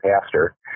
pastor